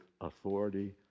authority